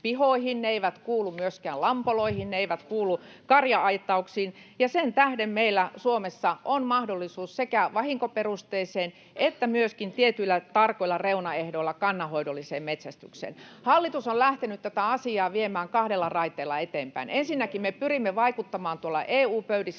ne eivät kuulu myöskään lampoloihin, ne eivät kuulu karja-aitauksiin, ja sen tähden meillä Suomessa on mahdollisuus sekä vahinkoperusteiseen että myöskin tietyillä tarkoilla reunaehdoilla kannanhoidolliseen metsästykseen. Hallitus on lähtenyt tätä asiaa viemään kahdella raiteella eteenpäin. [Perussuomalaisten